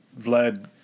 Vlad